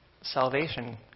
salvation